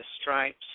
stripes